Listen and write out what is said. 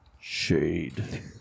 Shade